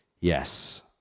Yes